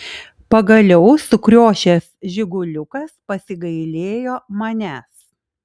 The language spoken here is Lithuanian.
pagaliau sukriošęs žiguliukas pasigailėjo manęs